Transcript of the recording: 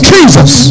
Jesus